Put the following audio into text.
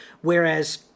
Whereas